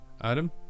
Adam